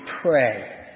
pray